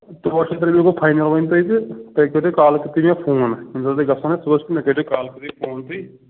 تُرٛواہ شَتھ رۄپیہِ گوٚو فاینَل وۅنۍ تۄہہِ تہٕ تُہۍ کٔرۍزیٚو کالہٕ کٔرۍ زیٚو تُہۍ مےٚ فون ییٚمہِ ساتہٕ تۄہہِ گژھُن آسہٕ صُبحس مےٚ کٔرزٮ۪و کالہٕ تُہۍ مےٚ فون تُہۍ